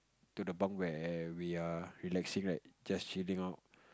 to the bunk where we are relaxing right just chilling out